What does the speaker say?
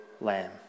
lamb